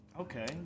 Okay